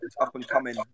up-and-coming